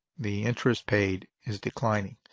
the interest paid is declining.